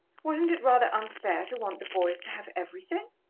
wasn't it rather unfair to want the boys to have everything?